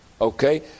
Okay